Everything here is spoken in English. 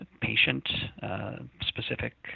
patient-specific